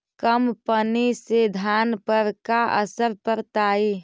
कम पनी से धान पर का असर पड़तायी?